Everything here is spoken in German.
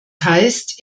heißt